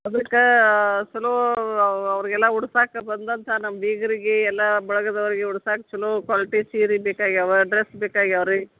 ಅದಕ್ಕೆ ಚೊಲೋ ಅವು ಅವ್ರಿಗೆಲ್ಲ ಉಡ್ಸಕ್ಕೆ ಬಂದಂಥ ನಮ್ಮ ಬೀಗರಿಗೆ ಎಲ್ಲ ಬಳಗ್ದೋರಿಗೆ ಉಡ್ಸಕ್ಕೆ ಚೊಲೋ ಕ್ವಾಲ್ಟಿ ಸೀರೆ ಬೇಕಾಗಿವೆ ಡ್ರಸ್ ಬೇಕಾಗಿವೆ ರೀ